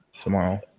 tomorrow